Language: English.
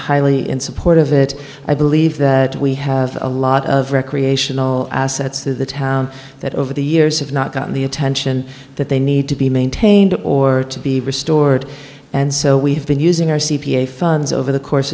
highly in support of it i believe that we have a lot of recreational assets in the town that over the years have not gotten the attention that they need to be maintained or to be restored and so we have been using our c p a funds over the course